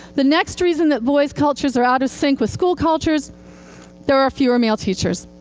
the next reason that boys' cultures are out of sync with school cultures there are fewer male teachers.